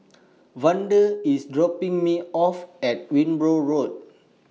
Vander IS dropping Me off At Wimborne Road